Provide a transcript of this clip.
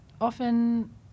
Often